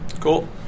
Cool